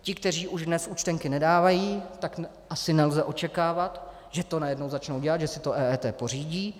Ti, kteří už dnes účtenky nedávají, tak asi nelze očekávat, že to najednou začnou dělat, že si to EET pořídí.